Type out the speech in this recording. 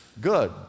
good